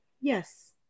Yes